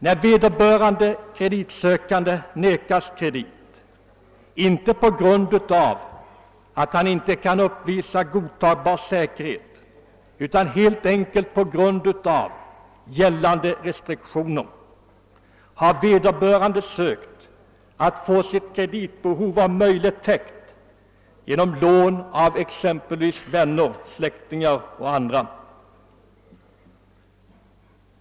När vederbörande kreditsökande nekas kredit, inte på grund av att han inte kan uppvisa godtagbar säkerhet utan helt enkelt på grund av gällande restriktioner, har vederbörande sökt att få sitt kreditbehov om möjligt täckt genom lån av exempelvis vänner, släktingar eller andra.